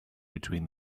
between